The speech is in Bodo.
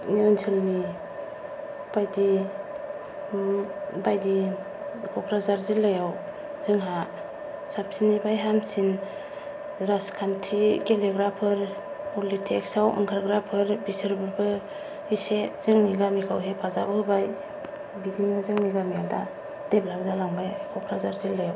ओनसोलनि बायदि बायदि क'क्राझार जिल्लायाव जोंहा साबसिननिख्रुइ हामसिन राजखान्थि गेलेग्राफोर पलिथिक्साव ओंखारग्रोफोर बिसोरबो इसे जोंनि गामिखौ हेफाजाब होबाय बिदिनो जोंनि गामिया दा देभलप जालांबाय क'क्राझार जिल्लायाव